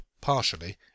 partially